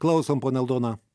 klausom ponia aldona